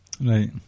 Right